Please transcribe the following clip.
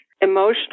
emotional